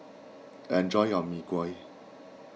enjoy your Mee Kuah